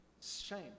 shame